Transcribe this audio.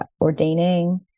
ordaining